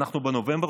אנחנו בנובמבר,